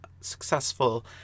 successful